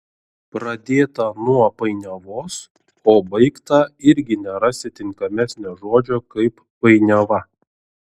pradėta nuo painiavos o baigta irgi nerasi tinkamesnio žodžio kaip painiava